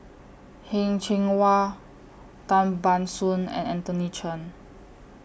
Heng Cheng Hwa Tan Ban Soon and Anthony Chen